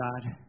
God